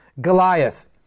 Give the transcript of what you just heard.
Goliath